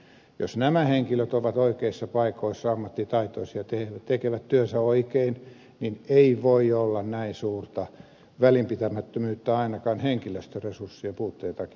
jos nämä henkilöt ovat oikeissa paikoissa ammattitaitoisia tekevät työnsä oikein niin ei voi olla näin suurta välinpitämättömyyttä ainakaan henkilöstöresurssien puutteen takia